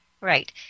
right